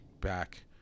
back